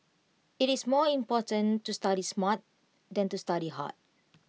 IT is more important to study smart than to study hard